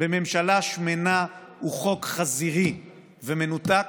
בממשלה שמנה הוא חוק חזירי ומנותק.